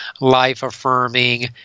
life-affirming